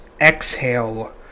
exhale